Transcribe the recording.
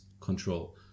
control